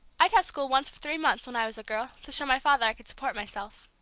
i taught school once for three months when i was a girl, to show my father i could support myself.